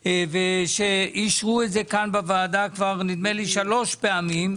ואישרו אותן כאן בוועדה שלוש פעמים.